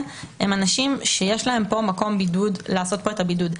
הם אנשים שיש להם פה מקום לעשות את הבידוד,